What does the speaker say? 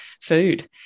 food